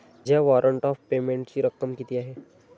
माझ्या warrant of पेमेंटची रक्कम किती आहे?